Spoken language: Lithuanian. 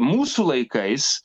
mūsų laikais